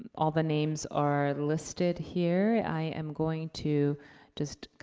all the names are listed here. i am going to just